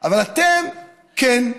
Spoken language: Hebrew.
אבל אתם, כן.